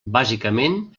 bàsicament